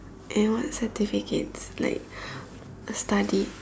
and what certificates like study